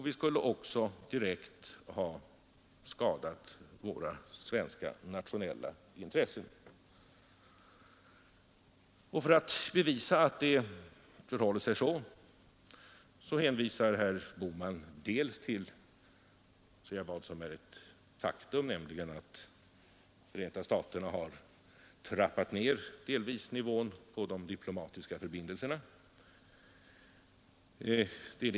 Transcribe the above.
Vi skulle också direkt ha skadat våra svenska nationella intressen. Detta är en mycket allvarlig anklagelse mot den svenska regeringen. För att bevisa sina påståenden hänvisar herr Bohman för det första till det faktum att Förenta staterna delvis har trappat ner nivån på de diplomatiska förbindelserna med Sverige.